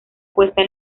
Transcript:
puesta